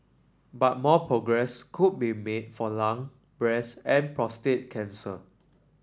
but more progress could be made for lung breast and prostate cancer